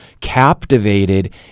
captivated